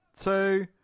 two